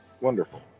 Wonderful